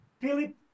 philip